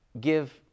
give